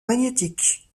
magnétique